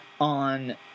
on